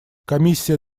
комиссия